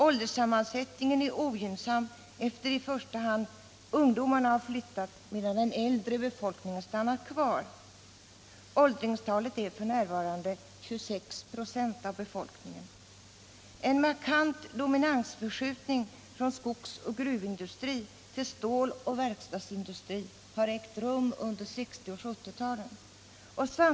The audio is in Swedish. Ålderssammansättningen är ogynnsam, eftersom i första hand ungdomarna har flyttat medan den äldre befolkningen stannat kvar. Åldringarna utgör f. n. 26 26 av befolkningen. En markant dominansförskjutning från skogsoch gruvindustri till ståloch verkstadsindustri har ägt rum under 1960 och 1970-talen.